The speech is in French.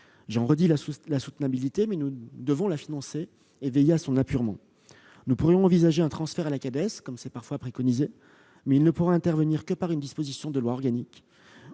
elle est soutenable, mais nous devons la financer et veiller à son apurement. Pour ce faire, nous pourrions envisager son transfert à la Cades, comme c'est parfois préconisé, mais il ne pourra se faire que par une disposition de loi organique.